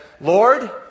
Lord